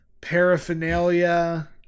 paraphernalia